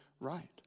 right